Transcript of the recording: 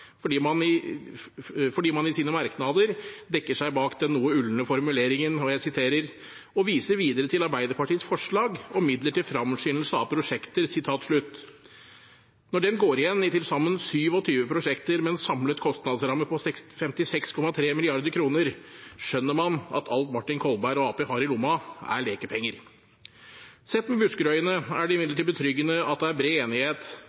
fordi man i sine merknader dekker seg bak den noe ulne formuleringen « og viser videre til Arbeiderpartiets forslag om midler til framskyndelse av prosjekter». Når den går igjen i til sammen 27 prosjekter, med en samlet kostnadsramme på 56,3 mrd. kr, skjønner man at alt Martin Kolberg og Arbeiderpartiet har i lommen, er lekepenger. Sett med Buskerud-øyne er det imidlertid betryggende at det er bred enighet